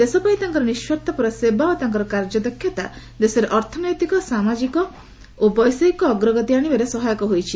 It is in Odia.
ଦେଶ ପାଇଁ ତାଙ୍କର ନିଃଶ୍ୱାର୍ଥପର ସେବା ଓ ତାଙ୍କର କାର୍ଯ୍ୟଦକ୍ଷତା ଦେଶରେ ଅର୍ଥନୈତିକ ସାମାଜିକ ଓ ବୈଷୟିକ ଅଗ୍ରଗତି ଆଶିବାରେ ସହାୟକ ହୋଇଛି